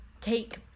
take